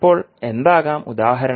ഇപ്പോൾ എന്താകാം ഉദാഹരണം